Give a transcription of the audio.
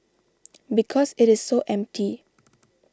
because it is so empty